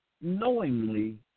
knowingly